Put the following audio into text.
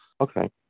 Okay